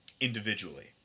individually